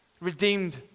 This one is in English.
redeemed